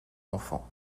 enfants